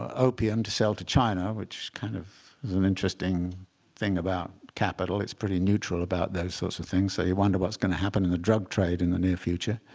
opium to sell to china, which kind of is an interesting thing about capital. it's pretty neutral about those sorts of things. so you wonder what's going to happen in the drug trade in the near future.